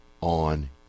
on